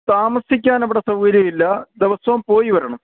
താമസിക്കാൻ അവിടെ സൗകര്യം ഇല്ല ദിവസവും പോയി വരണം